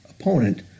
opponent